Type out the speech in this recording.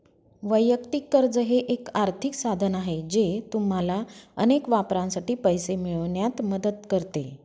वैयक्तिक कर्ज हे एक आर्थिक साधन आहे जे तुम्हाला अनेक वापरांसाठी पैसे मिळवण्यात मदत करते